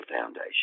foundation